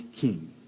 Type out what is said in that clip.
king